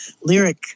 Lyric